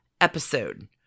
episode